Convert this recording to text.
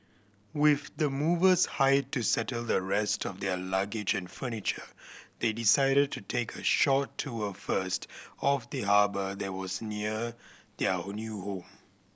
with the movers hired to settle the rest of their luggage and furniture they decided to take a short tour first of the harbour that was near their new home